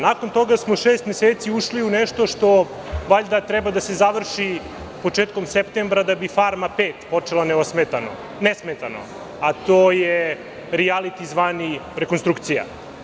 Nakon toga smo šest meseci ušli u nešto što valjda treba da se završi početkom septembra da bi „Farma 5“ počela nesmetano, a to je rijaliti zvani „rekonstrukcija“